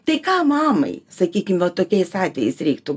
tai ką mamai sakykim va tokiais atvejais reiktų